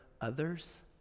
others